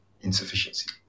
insufficiency